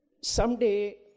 Someday